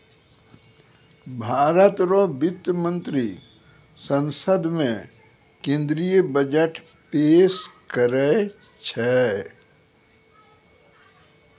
भारत रो वित्त मंत्री संसद मे केंद्रीय बजट पेस करै छै